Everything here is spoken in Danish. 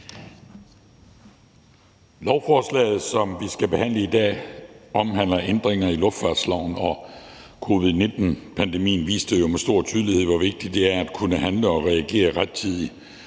Lovforslaget, som vi skal behandle i dag, omhandler ændringer i luftfartsloven. Covid-19-pandemien viste jo med stor tydelighed, hvor vigtigt det er at kunne handle og reagere rettidigt,